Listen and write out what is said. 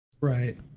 Right